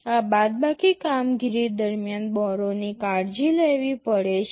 આ બાદબાકી કામગીરી દરમિયાન બોરોની કાળજી લેવી પડે છે